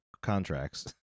contracts